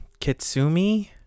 kitsumi